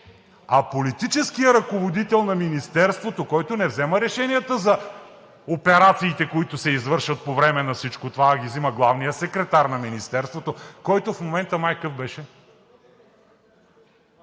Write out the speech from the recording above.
а политическият ръководител на Министерството, който не взема решенията за операциите, които се извършват по време на всичко това, а ги взема главният секретар на Министерството, който в момента какъв беше?!